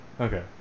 Okay